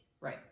Right